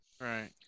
right